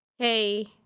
hey